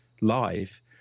live